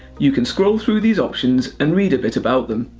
you can scroll through these options and read a bit about them.